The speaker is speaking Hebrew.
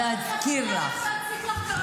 להזכיר לך.